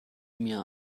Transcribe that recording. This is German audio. mir